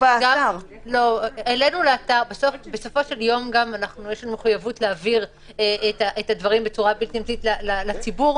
יש לנו מחויבות להבהיר את הדברים לציבור,